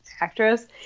actress